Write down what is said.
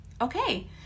okay